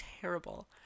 terrible